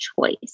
choice